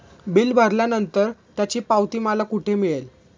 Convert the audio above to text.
Bill भरल्यानंतर त्याची पावती मला कुठे मिळेल?